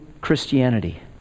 Christianity